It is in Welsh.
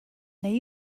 neu